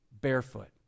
barefoot